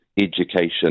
education